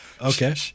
Okay